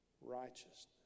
righteousness